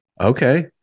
Okay